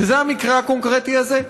והמקרה הקונקרטי הזה,